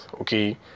okay